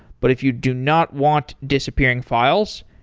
but if you do not want disappearing files,